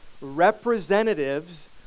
representatives